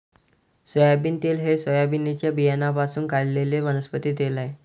soybean तेल हे सोयाबीनच्या बियाण्यांपासून काढलेले वनस्पती तेल आहे